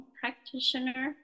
practitioner